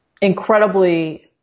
incredibly